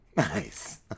Nice